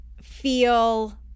feel